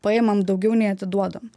paimam daugiau nei atiduodam